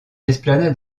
esplanade